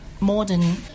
modern